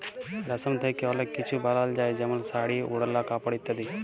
রেশম থ্যাকে অলেক কিছু বালাল যায় যেমল শাড়ি, ওড়লা, কাপড় ইত্যাদি